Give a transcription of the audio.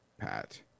Pat